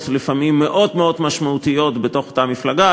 לפעמים מאוד מאוד משמעותיות בתוך אותה מפלגה,